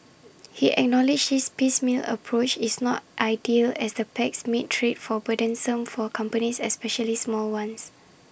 he acknowledged this piecemeal approach is not ideal as the pacts make trade for burdensome for companies especially small ones